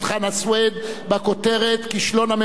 בכותרת: כישלון הממשלה בתחום המדיני,